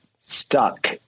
stuck